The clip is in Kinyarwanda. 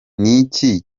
niki